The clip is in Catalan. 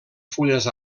fulles